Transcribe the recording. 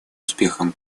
успехом